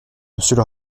monsieur